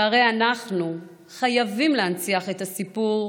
שהרי אנחנו חייבים להנציח את הסיפור,